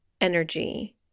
energy